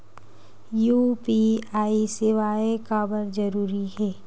UPI सेवाएं काबर जरूरी हे?